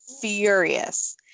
furious